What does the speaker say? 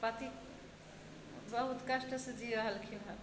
पति बहुत कष्टसँ जी रहलखिन हँ